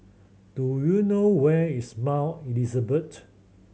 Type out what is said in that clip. do you know where is Mount Elizabeth